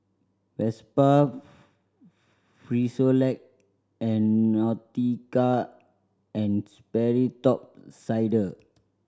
Vespa Frisolac and Nautica and Sperry Top Sider